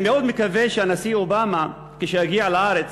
אני מאוד מקווה שהנשיא אובמה, כשיגיע לארץ,